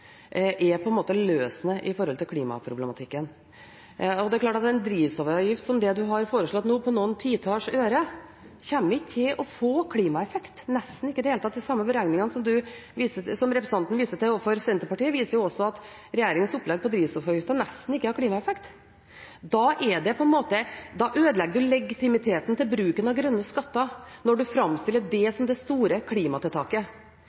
skattene på en måte er løsenet når det gjelder klimaproblematikken. Det er klart at en drivstoffavgift som er foreslått nå på noen titalls øre, kommer nesten ikke til å ha noen klimaeffekt i det hele tatt. De samme beregningene som representanten viser til overfor Senterpartiet, viser også at regjeringens opplegg på drivstoffavgiften nesten ikke har klimaeffekt. Man ødelegger legitimiteten til bruken av grønne skatter når man framstiller det som det store klimatiltaket.